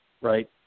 Right